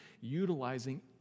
utilizing